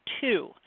two